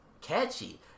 catchy